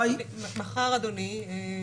מחר אדוני היושב ראש,